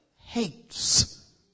hates